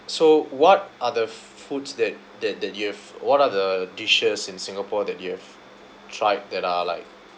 so what are the foods that that that you have what are the dishes in singapore that you have tried that are like